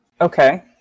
Okay